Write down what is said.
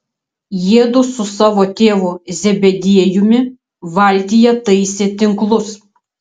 jiedu su savo tėvu zebediejumi valtyje taisė tinklus